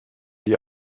die